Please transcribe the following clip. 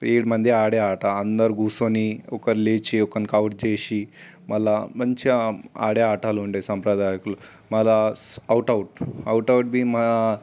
ఏడుమంది ఆడే ఆట అందరు కూర్చోని ఒకరు లేచి ఒకన్ని ఔట్ చేసి మళ్ళా మంచిగా ఆడే ఆటలు ఉండే సాంప్రదాయకలు మళ్ళా ఔట్ ఔట్ ఔట్ ఔట్ బి మ